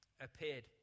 appeared